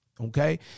Okay